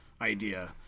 idea